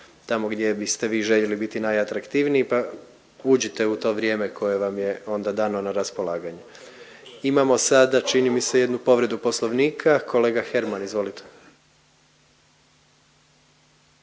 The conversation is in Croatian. tamo gdje biste vi željeli biti najatraktivniji pa uđite u to vrijeme koje vam je onda dano na raspolaganje. Imamo sada čini mi se jednu povredu Poslovnika. Kolega Herman izvolite.